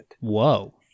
Whoa